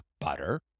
butter